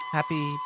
Happy